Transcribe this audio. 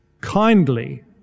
kindly